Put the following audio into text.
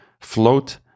Float